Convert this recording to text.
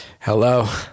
Hello